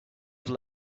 have